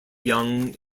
young